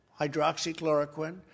hydroxychloroquine